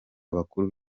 bakuru